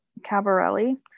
Cabarelli